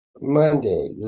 monday